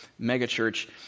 megachurch